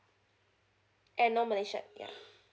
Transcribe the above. and non malaysian yeah